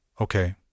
Okay